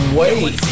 wait